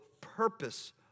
purpose